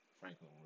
Franklin